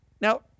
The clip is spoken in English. Now